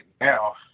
now